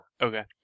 Okay